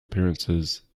appearances